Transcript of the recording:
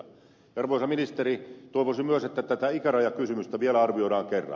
arvoisa ministeri toivoisin myös että tätä ikärajakysymystä vielä arvioidaan kerran